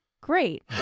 great